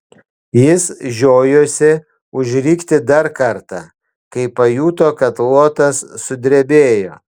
jis žiojosi užrikti dar kartą kai pajuto kad luotas sudrebėjo